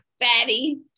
Fatty